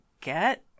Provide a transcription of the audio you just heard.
get